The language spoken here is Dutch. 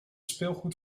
speelgoed